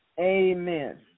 Amen